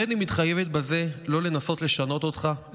הריני מתחייבת בזה לא לנסות לשנות אותך,